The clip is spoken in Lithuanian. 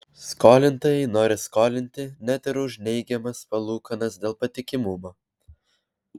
skolintojai nori skolinti net ir už neigiamas palūkanas dėl patikimumo